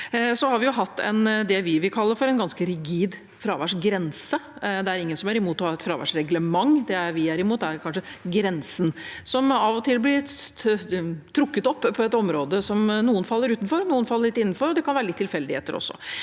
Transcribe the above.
vil kalle for en ganske rigid fraværsgrense. Det er ingen som er imot å ha et fraværsreglement. Det vi er imot, er kanskje grensen som av og til blir trukket opp på et område, som noen faller utenfor og noen faller litt innenfor. Det kan være litt tilfeldigheter også.